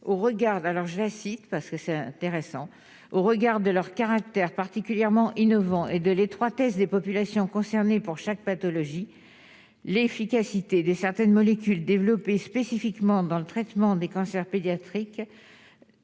au regard de leur caractère particulièrement innovant et de l'étroitesse des populations concernées pour chaque pathologie l'efficacité de certaines molécules développées spécifiquement dans le traitement des cancers pédiatriques